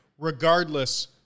regardless